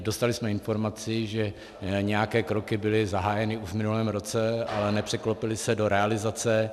Dostali jsme informaci, že nějaké kroky byly zahájeny už v minulém roce, ale nepřeklopily se do realizace.